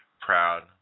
proud